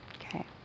okay